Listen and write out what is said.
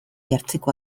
jartzeko